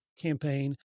campaign